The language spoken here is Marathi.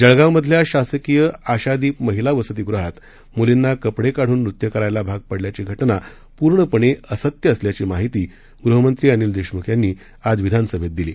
जळगावमधल्या शासकीय आशादीप महिला वसतीगृहात मुलींना कपडे काढून नृत्य करायला भाग पाडल्याची घटना पूर्णपणे असत्य असल्याची माहिती गृहमंत्री अनिल देशमुख यांनी आज विधानसभेत दिली